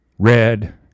red